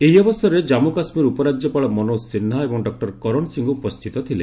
ଏହି ଅବସରରେ କାମ୍ମୁ କାଶ୍କୀର ଉପରାଜ୍ୟପାଳ ମନୋଜ ସିହ୍ରା ଏବଂ ଡକ୍ଟର କରଣ ସିଂହ ଉପସ୍ଥିତ ଥିଲେ